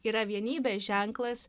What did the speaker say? yra vienybės ženklas